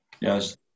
Yes